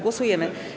Głosujemy.